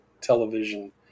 television